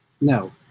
No